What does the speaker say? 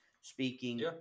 speaking